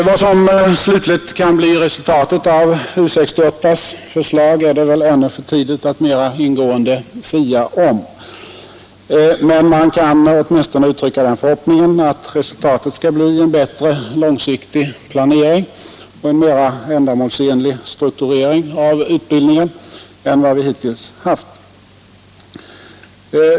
Vad som slutligt kan bli resultatet av U 68:s förslag är det väl ännu för tidigt att mera ingående sia om. Men man kan åtminstone uttrycka den förhoppningen att resultatet skall bli en bättre långsiktig planering och en mera ändamålsenlig strukturering av utbildningen än vad vi hittills haft.